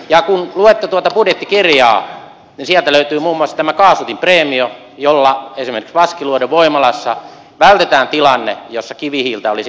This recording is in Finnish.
ja kun luette tuota budjettikirjaa niin sieltä löytyy muun muassa tämä kaasutinpreemio jolla esimerkiksi vaskiluodon voimalassa vältetään tilanne jossa kivihiiltä olisi käytetty